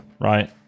right